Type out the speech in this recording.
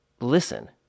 listen